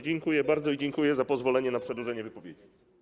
Dziękuję bardzo i dziękuję za pozwolenie na przedłużenie wypowiedzi.